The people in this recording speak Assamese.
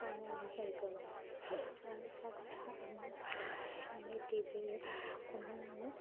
কাৰণে আমি হেৰি কৰিব লাগে আৰু এটা কথা আমাৰ চনি টি ভিৰ কোনো